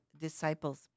disciples